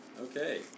Okay